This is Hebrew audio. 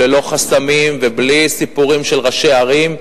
ללא חסמים ובלי סיפורים של ראשי ערים,